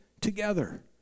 together